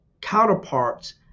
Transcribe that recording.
counterparts